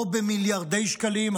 לא במיליארדי שקלים,